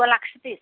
ఇంకో లక్ష తీసుకోండి